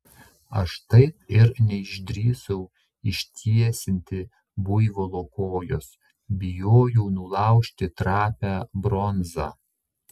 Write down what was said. aš taip ir neišdrįsau ištiesinti buivolo kojos bijojau nulaužti trapią bronzą